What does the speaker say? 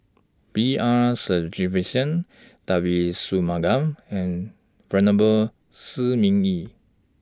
B R Sreenivasan Devagi Sanmugam and Venerable Shi Ming Yi